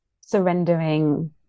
surrendering